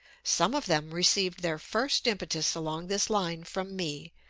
some of them received their first impetus along this line from me,